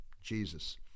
Jesus